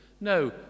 No